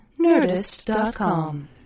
Nerdist.com